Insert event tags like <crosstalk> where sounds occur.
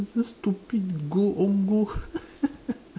it's a stupid goal own goal <laughs>